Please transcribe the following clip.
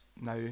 now